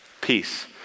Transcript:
Peace